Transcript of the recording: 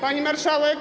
Pani Marszałek!